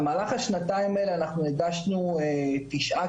במהלך השנתיים האלה אנחנו הגשנו תשעה